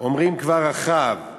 אומרים כבר רכב/